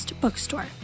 bookstore